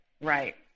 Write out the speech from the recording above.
right